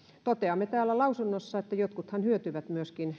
toteamme täällä lausunnossa että jotkuthan myöskin hyötyvät